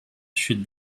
should